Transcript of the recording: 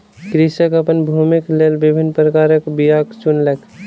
कृषक अपन भूमिक लेल विभिन्न प्रकारक बीयाक चुनलक